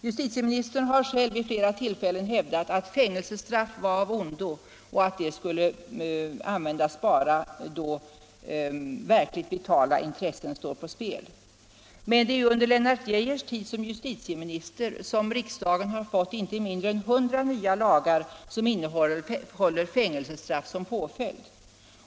Justitieministern har vid flera tillfällen hävdat att fängelsestraff är av ondo och skall användas bara då verkligt vitala intressen står på spel. Men under Lennart Geijers tid såsom justitieminister har riksdagen förelagts inte mindre än 100 lagförslag, som innehåller fängelsestraff såsom påföljd.